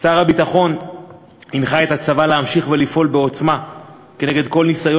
שר הביטחון הנחה את הצבא להמשיך לפעול בעוצמה נגד כל ניסיון